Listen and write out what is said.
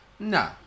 No